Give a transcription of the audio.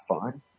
fun